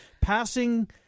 passing